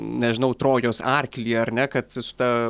nežinau trojos arklį ar ne kad su ta